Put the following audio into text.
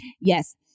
Yes